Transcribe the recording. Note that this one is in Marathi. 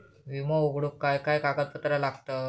विमो उघडूक काय काय कागदपत्र लागतत?